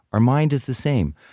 our mind is the same,